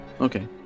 Okay